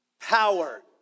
power